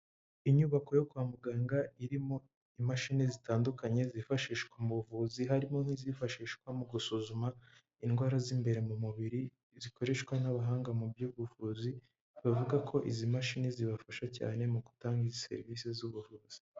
Inyubako yo kwa muganga irimo imashini zitandukanye zifashishwa mu buvuzi harimo n'izifashishwa mu gusuzuma indwara z'imbere mu mubiri zikoreshwa n'abahanga mu by'ubuvuzi bavuga ko izi mashini zibafasha cyane mu gutanga i serivisi z'ubuvuzi.